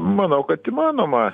manau kad įmanoma